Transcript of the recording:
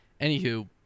Anywho